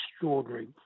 extraordinary